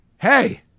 Hey